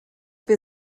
wir